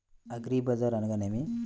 అగ్రిబజార్ అనగా నేమి?